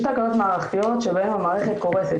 יש תקלות מערכתיות שבהן המערכת קורסת,